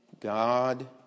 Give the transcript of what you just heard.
God